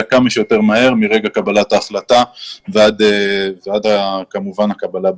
כמה שיותר מהר מרגע קבלת ההחלטה ועד כמובן הקבלה בפועל.